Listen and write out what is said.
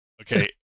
Okay